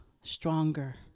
stronger